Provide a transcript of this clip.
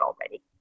already